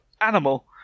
animal